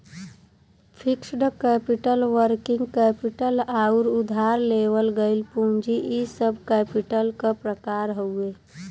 fixed capital working capital आउर उधार लेवल गइल पूंजी इ सब कैपिटल क प्रकार हउवे